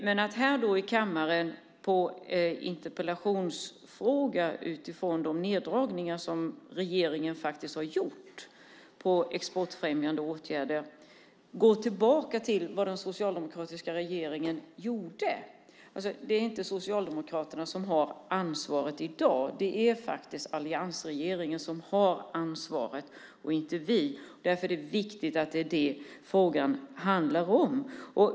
Men här i kammaren på en interpellationsfråga utifrån de neddragningar som regeringen faktiskt har gjort på exportfrämjande åtgärder går Ewa Björling tillbaka till vad den socialdemokratiska regeringen gjorde. Det är inte Socialdemokraterna som har ansvaret i dag. Det är alliansregeringen som har ansvaret och inte vi. Det är det som frågan handlar om.